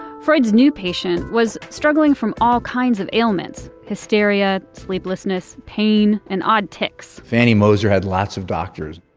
freud's new patient was struggling from all kinds of ailments, hysteria, sleeplessness, pain, and odd tics fanny moser had lots of doctors